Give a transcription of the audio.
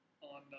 on